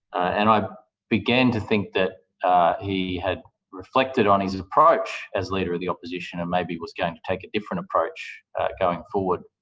and i began to think that he had reflected on his approach as leader of the opposition and maybe was going to take a different approach going forward.